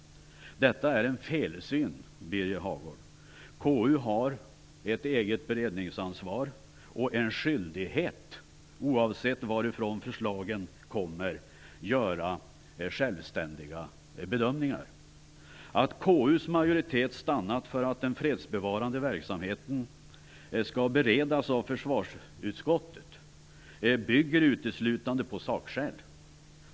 Det är en felsyn, Birger Hagård! KU har ett eget beredningsansvar. KU har också en skyldighet att, oavsett var förslagen kommer ifrån, göra självständiga bedömningar. Att KU:s majoritet stannat för att den fredsbevarande verksamheten skall beredas av försvarsutskottet bygger uteslutandet på sakskäl.